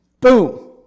Boom